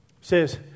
says